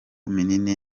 minini